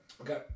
Okay